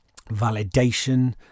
validation